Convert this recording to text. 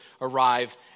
arrive